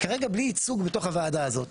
כרגע בלי ייצוג בתוך הוועדה הזאת.